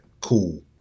Cool